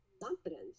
confidence